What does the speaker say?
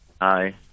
Hi